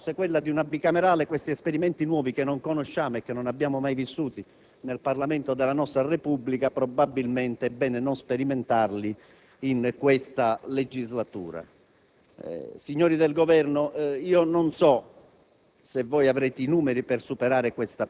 Se, però, la fragorosa, assordante novità fosse quella di una Bicamerale, è bene che questi esperimenti «nuovi», che non conosciamo e che non abbiamo mai vissuto nel Parlamento della nostra Repubblica, non siano sperimentati in questa legislatura. Signori del Governo, non so